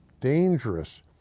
dangerous